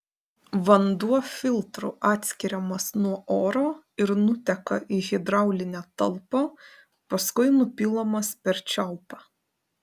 vanduo filtru atskiriamas nuo oro ir nuteka į hidraulinę talpą paskui nupilamas per čiaupą